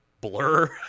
Blur